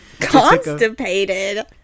Constipated